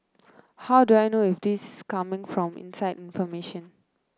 how do I know if this coming from inside information